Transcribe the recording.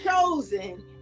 chosen